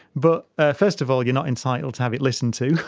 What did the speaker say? but ah first of all you are not entitled to have it listened to,